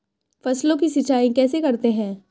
फसलों की सिंचाई कैसे करते हैं?